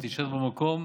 היא תישאר במקום.